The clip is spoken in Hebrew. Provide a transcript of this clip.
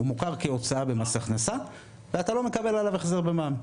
הוא מוכר כהוצאה במס הכנסה ואתה לא מקבל עליו החזר במע"מ.